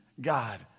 God